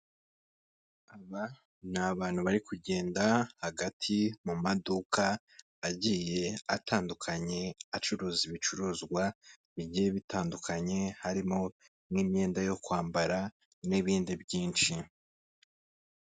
Aba ni abantu bari kugenda hagati mu maduka agiye atandukanye, acuruza ibicuruzwa bigiye bitandukanye harimo n'imyenda yo kwambara n'ibindi byinshi.